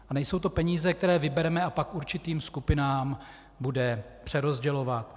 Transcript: A nejsou to peníze, které vybereme, a pak určitým skupinám bude přerozdělováno.